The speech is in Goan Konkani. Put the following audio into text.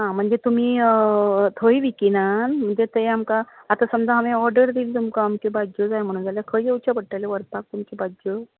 हां म्हणजे तुमी थंय विकिनान म्हणजे ते आमकां आतां समजा हांवें तुमकां ऑर्डर दिली अमक्यो भाजयो जाय म्हणून जाल्यार खंय येवंचे पडटले व्हरपाक तुमच्यों भाजयो